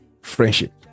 friendship